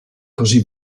così